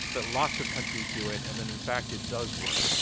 that lots of countries do it, and that, in fact, it does work.